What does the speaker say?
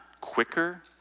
quicker